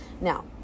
Now